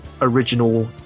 original